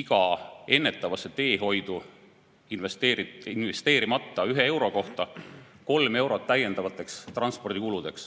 iga ennetavasse teehoidu investeerimata ühe euro kohta kolm eurot täiendavateks transpordikuludeks